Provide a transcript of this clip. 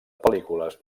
pel·lícules